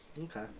Okay